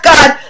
God